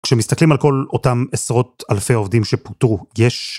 כשמסתכלים על כל אותם עשרות אלפי עובדים שפוטרו, יש